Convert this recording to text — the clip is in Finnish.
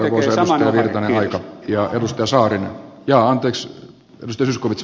minä uskon että eu tekee saman oharin